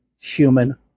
human